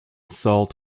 salt